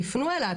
תפנו אליה,